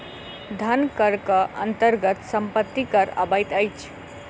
धन करक अन्तर्गत सम्पत्ति कर अबैत अछि